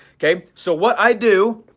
okay so what i do,